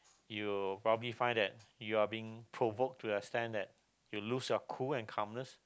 you will probably find that you're being provoked to the extent that you lose your cool and calmness